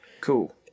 Cool